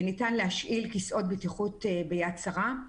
ניתן להשאיל כיסאות בטיחות ביד שרה.